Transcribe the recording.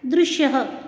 दृश्यः